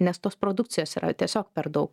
nes tos produkcijos yra tiesiog per daug